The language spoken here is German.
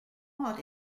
ort